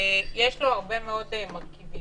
יש לו הרבה מאוד מרכיבים.